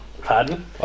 Pardon